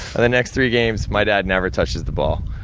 and the next three games, my dad never touches the ball.